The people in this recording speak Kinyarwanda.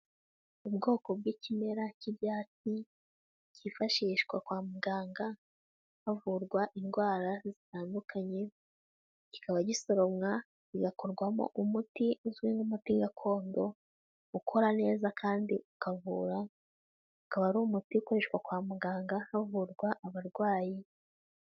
Ubwoko bw'ikimera cy'ibyati, cyifashishwa kwa muganga, havurwa indwara zitandukanye, kikaba gisoromwa bigakorwamo umuti uzwi nk'umuti gakondo, ukora neza kandi ukavura. Ukaba ari umuti ukoreshwa kwa muganga havurwa abarwayi.